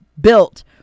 built